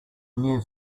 new